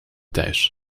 thuis